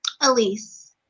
Elise